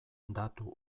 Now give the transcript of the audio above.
datu